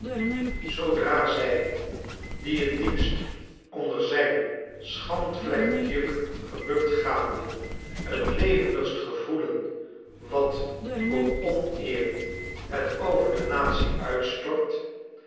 zoodra zij die t diepst onder zijn schandvlekkend juk gebukt gaande t levendigst gevoelen wat voor oneer het over de natie uitstort